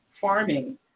farming